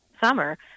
summer